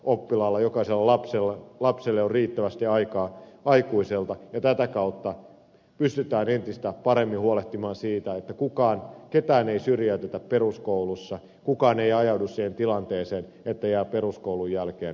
jokaiselle oppilaalle jokaiselle lapselle on riittävästi aikaa aikuiselta ja tätä kautta pystytään entistä paremmin huolehtimaan siitä että ketään ei syrjäytetä peruskoulussa kukaan ei ajaudu siihen tilanteeseen että jää peruskoulun jälkeen